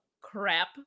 crap